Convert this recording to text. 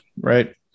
Right